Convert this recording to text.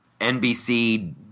NBC